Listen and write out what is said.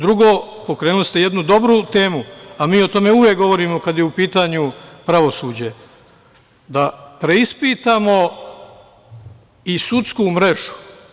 Drugo, pokrenuli ste jednu dobru temu, a mi o tome uvek govorimo, kada je u pitanju pravosuđe, da preispitamo i sudsku mrežu.